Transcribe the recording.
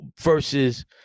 versus